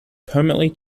permanently